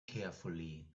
carefully